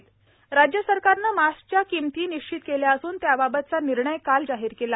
मास्कच्या किमती राज्य सरकारने मास्कच्या किमती निश्चित केल्या असून त्याबाबतचा निर्णय काल जाहीर केला